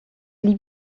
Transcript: leave